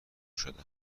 شدن